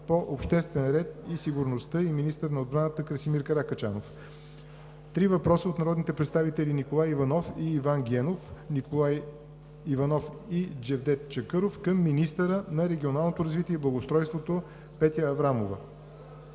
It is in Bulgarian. по обществения ред и сигурността и министър на отбраната Красимир Каракачанов; - три въпроса от народните представители Николай Иванов и Иван Генов; Николай Иванов; и Джевдет Чакъров към министъра на регионалното развитие и благоустройството Петя Аврамова.